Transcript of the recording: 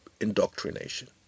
indoctrination